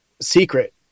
secret